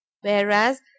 whereas